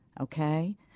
okay